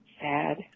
sad